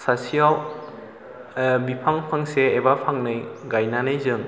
सासेयाव बिफां फांसे एबा फांनै गायनानै जों